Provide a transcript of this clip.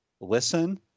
listen